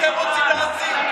אתם רוצים להתסיס.